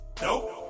Nope